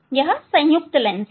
यह संयुक्त लेंस है